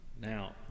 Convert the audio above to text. Now